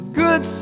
good